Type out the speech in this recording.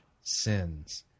sins